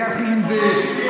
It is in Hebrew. זה יתחיל עם זה,